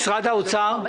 משרד האוצר, מה